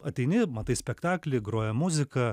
ateini matai spektaklį groja muzika